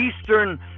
Eastern